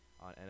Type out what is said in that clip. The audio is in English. on